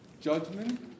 Judgment